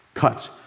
cuts